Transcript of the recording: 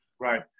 right